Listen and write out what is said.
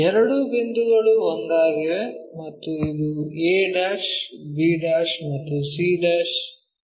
ಎರಡೂ ಬಿಂದುಗಳು ಒಂದಾಗಿವೆ ಮತ್ತು ಇದು a b ಮತ್ತು c' d ಆಗಿರುತ್ತದೆ